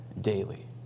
daily